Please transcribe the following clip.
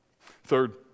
third